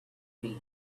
feet